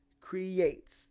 creates